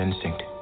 Instinct